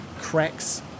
cracks